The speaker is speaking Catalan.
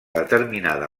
determinada